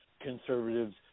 conservatives